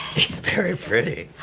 it's very pretty.